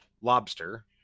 lobster